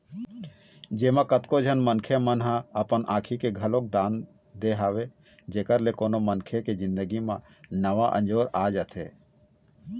जेमा कतको झन मनखे मन ह अपन आँखी के घलोक दान दे हवय जेखर ले कोनो मनखे के जिनगी म नवा अंजोर आ जाथे